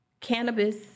cannabis